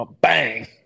Bang